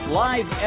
live